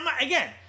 again